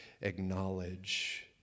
acknowledge